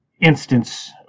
instance